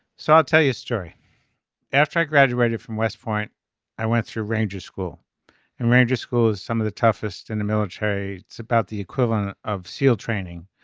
so i'll tell you a story after i graduated from west point i went through ranger school and ranger school is some of the toughest in the military. it's about the equivalent of seal training.